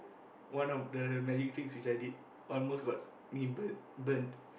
one of the magic tricks which I did almost got me burnt burnt